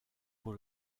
pour